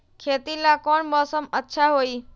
खेती ला कौन मौसम अच्छा होई?